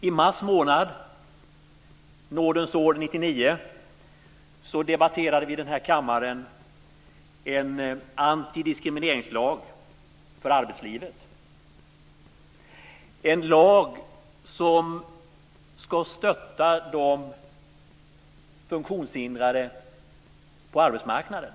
I mars månad i nådens år 1999 debatterade vi i den här kammaren en antidiskrimineringslag för arbetslivet, en lag som ska stötta de funktionshindrade på arbetsmarknaden.